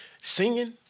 singing